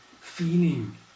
feeling